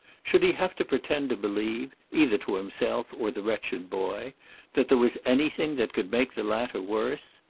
should he have to pretend to believe either to himself or the wretched boy that there was anything that could make the latter worse?